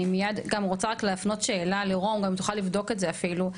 אני מיד גם רוצה רק להפנות שאלה לרום גם תוכל לבדוק את זה אפילו,